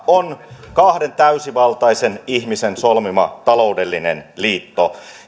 on kahden täysivaltaisen ihmisen solmima taloudellinen liitto